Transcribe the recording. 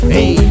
Hey